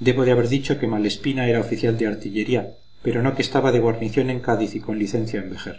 debo de haber dicho que malespina era oficial de artillería pero no que estaba de guarnición en cádiz y con licencia en vejer